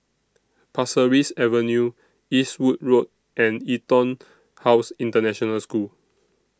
Pasir Ris Avenue Eastwood Road and Etonhouse International School